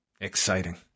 Exciting